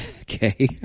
Okay